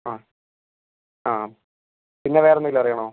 ആ ആ പിന്നെ വേറെ എന്തെങ്കിലും അറിയണോ